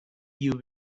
you